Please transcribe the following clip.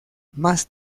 más